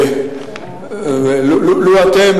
לו אתם,